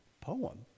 poem